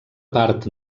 part